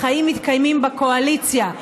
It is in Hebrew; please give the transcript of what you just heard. החיים מתקיימים בקואליציה.